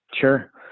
Sure